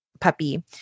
puppy